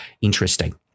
interesting